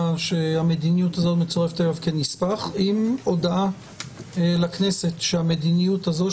שהמדיניות הזו מצורפת היום כנספח עם הודעה לכנסת שהמדיניות הזו,